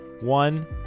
one